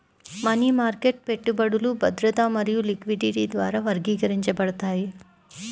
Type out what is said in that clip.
money market పెట్టుబడులు భద్రత మరియు లిక్విడిటీ ద్వారా వర్గీకరించబడతాయి